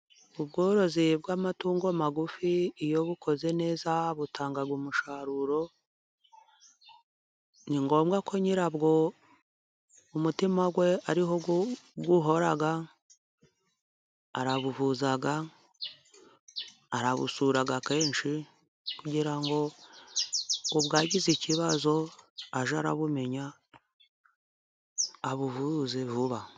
Ubworozi bw'amatungo magufi, iyo bukoze neza butanga umusaruro, ni ngombwa ko nyirabwo umutima we ariho uhora, arabuvuza, arabusura kenshi, kugira ngo ubwagize ikibazo ajye arabumenya, abuvuze vuba.